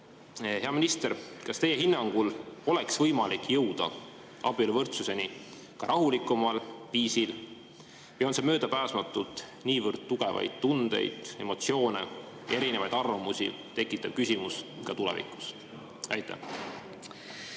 Hea minister, kas teie hinnangul oleks võimalik jõuda abieluvõrdsuseni ka rahulikumal viisil või on see möödapääsmatult niivõrd tugevaid tundeid, emotsioone, erinevaid arvamusi tekitav küsimus ka tulevikus? Austatud